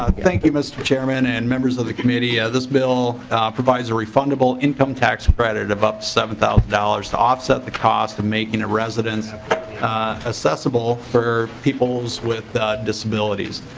thank you mr. chairman and members of the committee. ah this bill provides refundable income tax credit about seven thousand dollars to offset cost making a residents accessible for people with disabilities.